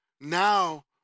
Now